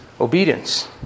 obedience